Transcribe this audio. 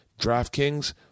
DraftKings